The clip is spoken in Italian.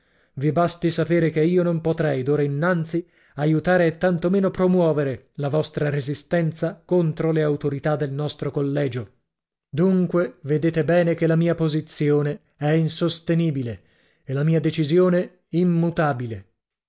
i basti sapere che io non potrei d'ora innanzi aiutare e tanto meno promuovere la vostra resistenza contro le autorità del nostro collegio dunque vedete bene che la mia posizione è insostenibile e la mia decisione immutabile